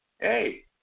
Hey